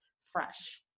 fresh